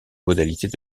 modalités